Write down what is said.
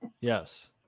Yes